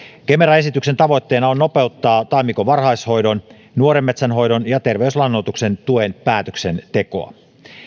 kemera esityksen tavoitteena on nopeuttaa taimikon varhaishoidon nuoren metsän hoidon ja terveyslannoituksen tuen päätöksentekoa